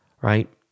right